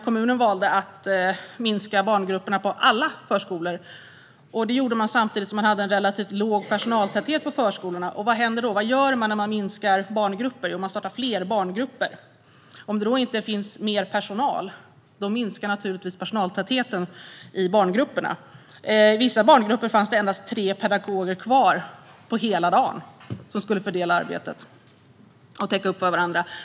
Kommunen valde dock att minska barngrupperna på alla förskolor, och det gjorde man samtidigt som man hade en relativt låg personaltäthet på förskolorna. Vad händer då? Vad gör man när man minskar barngrupper? Jo, man startar fler barngrupper. Om det då inte finns mer personal minskar naturligtvis personaltätheten i barngrupperna. I vissa barngrupper fanns det endast tre pedagoger kvar, som skulle fördela hela dagens arbete och täcka upp för varandra.